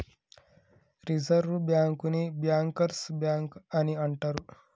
reserve బ్యాంకుని bankers bank అని అంటరు